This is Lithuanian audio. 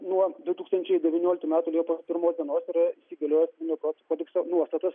nuo du tūkstančiai devynioliktų metų liepos pirmos dienos yra įsigaliojusios civilinio kodekso nuostatos